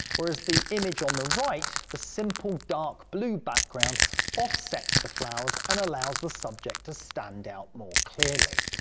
whereas the image on the right, the simple dark blue background offsets the flowers and allows the subject to stand out more clearly.